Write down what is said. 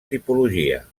tipologia